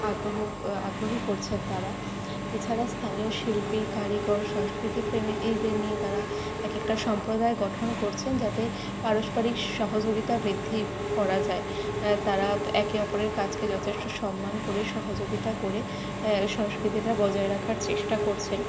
আগ্রহ আগ্রহী করছেন তারা এছাড়া স্থানীয় শিল্পী কারিগর সংস্কৃতিপ্রেমী এদের নিয়ে তারা একেকটা সম্প্রদায় গঠন করছেন যাতে পারস্পরিক সহযোগিতা বৃদ্ধি করা যায় তারা একে অপরের কাজকে যথেষ্ট সম্মান করে সহযোগিতা করে সংস্কৃতিটা বজায় রাখার চেষ্টা করছেন